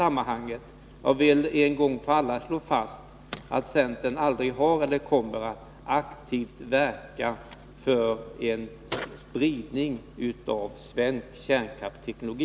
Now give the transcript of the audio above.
Jag vill en gång för alla slå fast att centern aldrig har verkat eller kommer att aktivt verka för en spridning av svensk kärnkraftsteknologi.